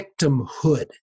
victimhood